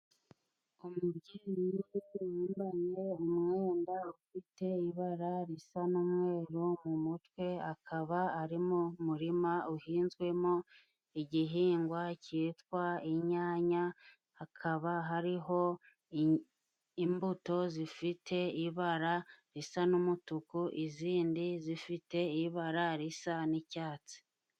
Umubyeyi wambaye umwenda ufite ibara risa n'umweru mu mutwe, akaba ari mu muririma uhinzwemo igihingwa cyitwa inyanya, hakaba hariho i imbuto zifite ibara risa n'umutuku, izindi zifite ibara risa n'icyatsi.